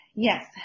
Yes